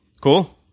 Cool